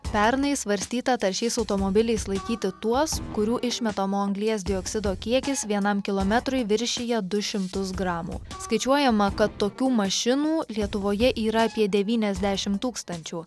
pernai svarstyta taršiais automobiliais laikyti tuos kurių išmetamo anglies dioksido kiekis vienam kilometrui viršija du šimtus gramų skaičiuojama kad tokių mašinų lietuvoje yra apie devyniasdešim tūkstančių